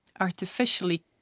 artificially